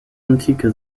antike